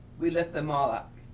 we lift them all up.